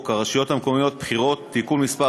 הרשויות המקומיות (בחירות) (תיקון מס'